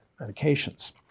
medications